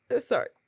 Sorry